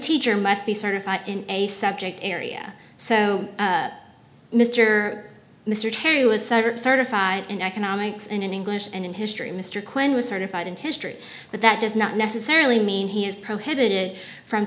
teacher must be certified in a subject area so mr mr terry was certified in economics and in english and in history mr quinn was certified in history but that does not necessarily mean he is prohibited from